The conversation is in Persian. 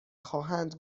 خواهند